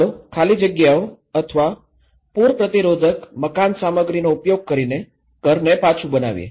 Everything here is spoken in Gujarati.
ચાલો ખાલી જગ્યાઓ અથવા પૂર પ્રતિરોધક મકાન સામગ્રીનો ઉપયોગ કરીને ઘરને પાછું બનાવીએ